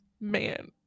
man